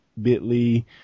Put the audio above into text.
Bitly